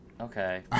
Okay